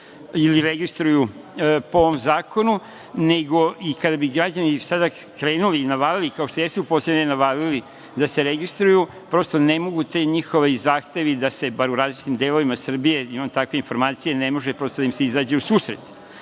ili registruju po ovom zakonu, nego i kada bi građani sada krenuli, navalili, kao što jesu, da se registruju, prosto ne mogu ti njihovi zahtevi da se, bar u različitim delovima Srbije, imam takve informacije, ne može prosto da im se izađe u susret. Zato